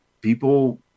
people